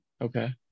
Okay